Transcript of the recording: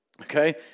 Okay